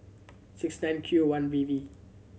six nine Q one B V